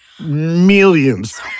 Millions